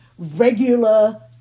regular